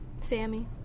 Sammy